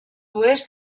oest